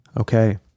Okay